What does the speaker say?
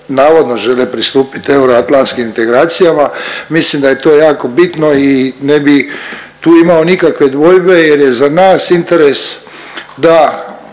navodno žele pristupit euroatlantskim integracijama. Mislim da je to jako bitno i ne bi tu imao nikakve dvojbe jer je za nas interes da